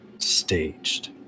staged